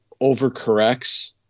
overcorrects